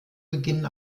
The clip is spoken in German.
beginn